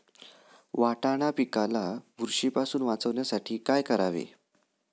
वाटाणा पिकाला बुरशीपासून वाचवण्यासाठी काय करावे?